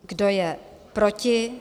Kdo je proti?